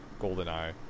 GoldenEye